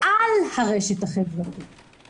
אבל אני רוצה שהדהוד היתר הזה של מסרים יהיה מסומן,